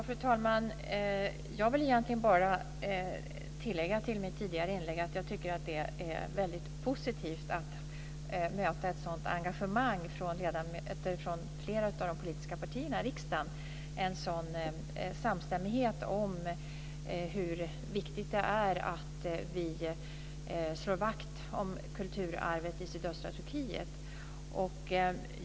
Fru talman! Jag vill egentligen bara lägga till mitt tidigare inlägg att jag tycker att det är väldigt positivt att möta ett sådant engagemang hos ledamöter från flera av de politiska partierna i riksdagen, en sådan samstämmighet om hur viktigt det är att vi slår vakt om kulturarvet i sydöstra Turkiet.